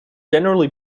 generally